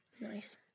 Nice